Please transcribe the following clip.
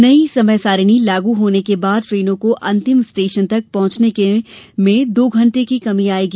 नई समय सारिणी लागू होने के बाद ट्रेनों को अंतिम स्टेशन तक पहुंचने के समय में दो घंटे की कमी आएगी